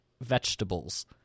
vegetables